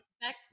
back